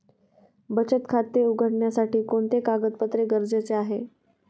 बचत खाते उघडण्यासाठी कोणते कागदपत्रे गरजेचे आहे?